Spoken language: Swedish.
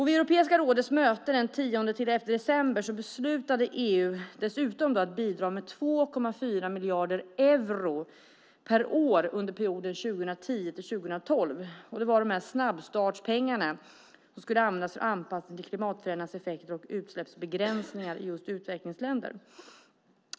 Vid Europeiska rådets möte den 10-11 december beslutade EU dessutom att bidra med 2,4 miljarder euro per år under perioden 2010-2012. Det var de snabbstartspengar som skulle användas för anpassning till klimatförändringarnas effekter och utsläppsbegränsningar i just utvecklingsländer.